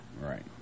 Right